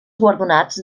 guardonats